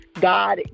God